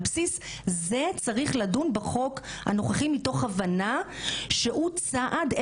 על בסיס זה צריך לדון בחוק הנוכחי מתוך הבנה שהוא צעד,